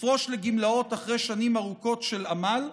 לפרוש לגמלאות אחרי שנים ארוכות של עמל,